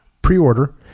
pre-order